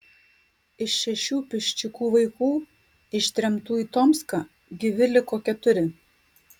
iš šešių piščikų vaikų ištremtų į tomską gyvi liko keturi